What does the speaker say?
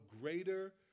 greater